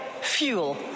fuel